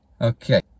Okay